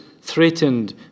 threatened